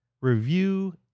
review